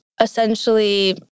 essentially